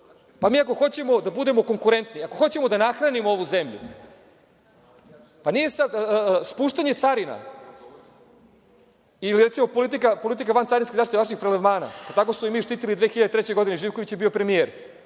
Mi ako hoćemo da budemo konkurentni, ako hoćemo da nahranimo ovu zemlju, pa nije sad spuštanje carina ili, recimo, politika vancarinske zaštite i vaših prelevmana, tako smo i mi štitili 2003. godine i Živković je bio premijer,